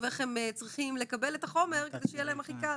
איך הם צריכים לקבל את החומר כדי שיהיה להם הכי קל.